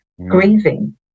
grieving